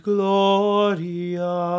Gloria